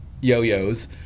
yo-yos